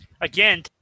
Again